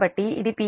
35Pmax అంటే 0